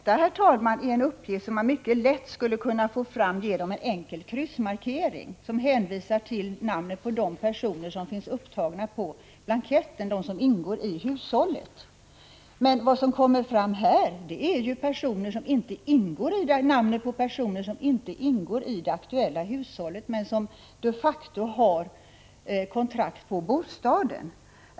Herr talman! Även detta är en uppgift som man mycket lätt skulle kunna få fram genom en enkel kryssmarkering, som hänvisar till namnen på de personer som ingår i hushållet och som finns upptagna på blanketten. Vad man skall lämna särskild uppgift om är ju namnet på en person som inte ingår i det aktuella hushållet men som de facto har kontrakt på bostaden.